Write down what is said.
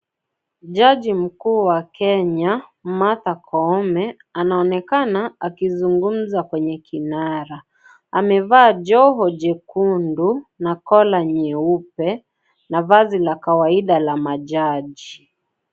Jaji mkuu wa Kenya Martha Koome, anaonekana akizungumza kwenye kinara. Amevaa joho jekundu na kola nyeupe, na vazi la kawaida la majaji.